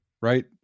right